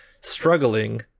struggling